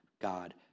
God